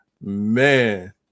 Man